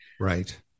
Right